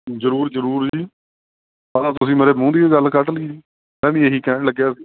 ਜ਼ਰੂਰ ਜ਼ਰੂਰ ਜੀ ਆਹ ਤਾਂ ਤੁਸੀਂ ਮੇਰੇ ਮੂੰਹ ਦੀ ਗੱਲ ਕੱਢ ਲਈ ਜੀ ਮੈਂ ਵੀ ਇਹ ਹੀ ਕਹਿਣ ਲੱਗਿਆ ਸੀ